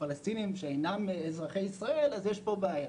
פלסטינים שאינם אזרחי ישראל יש פה בעיה.